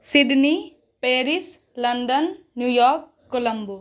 Sydney Paris London New York Colombo